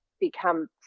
become